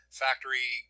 factory